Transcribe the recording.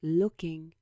looking